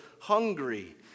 hungry